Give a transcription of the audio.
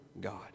God